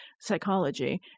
psychology